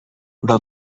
però